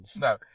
No